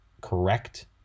correct